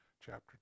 chapter